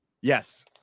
Yes